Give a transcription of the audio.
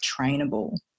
trainable